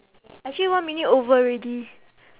actually one minute over already